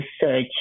search